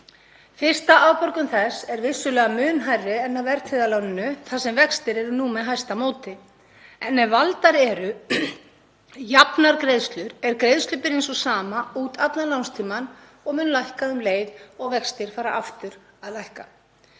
Fyrsta afborgun þess er vissulega mun hærri en af verðtryggða láninu þar sem vextir eru nú með hæsta móti en ef valdar eru jafnar greiðslur er greiðslubyrðin sú sama út allan lánstímann og mun lækka um leið og vextir fara aftur að lækka.